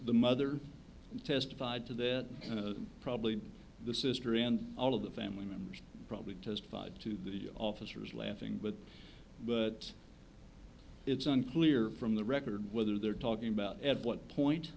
the mother testified to that probably the sister and all of the family members probably testified to the officers laughing but but it's unclear from the record whether they're talking about at what point